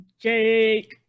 Jake